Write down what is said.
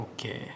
Okay